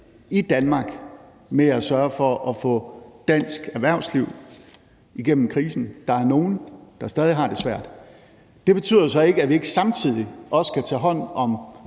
i Danmark med at sørge for at få dansk erhvervsliv igennem krisen. Der er nogle, der stadig har det svært. Det betyder så ikke, at vi ikke samtidig også skal tage hånd om